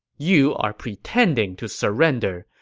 you are pretending to surrender.